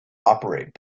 operate